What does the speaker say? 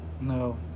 No